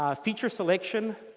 ah feature selection,